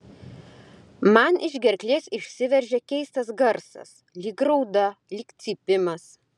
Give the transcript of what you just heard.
man iš gerklės išsiveržia keistas garsas lyg rauda lyg cypimas